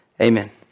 Amen